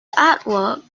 artwork